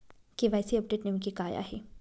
KYC update नेमके काय आहे?